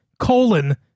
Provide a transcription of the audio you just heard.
colon